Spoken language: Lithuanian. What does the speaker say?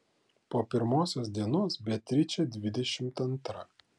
po pirmosios dienos beatričė dvidešimt antra